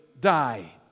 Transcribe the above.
die